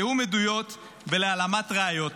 תיאום עדויות והעלמת ראיות.